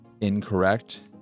incorrect